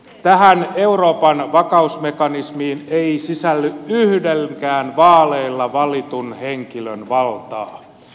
tähän euroopan vakausmekanismiin ei sisälly yhdenkään vaaleilla valitun henkilön valtaa